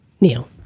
Neil